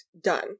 done